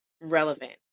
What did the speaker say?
relevant